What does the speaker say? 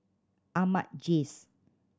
Ahmad Jais